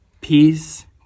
peace